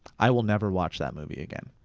i will never watch that movie again.